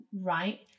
right